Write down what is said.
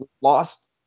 lost